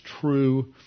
true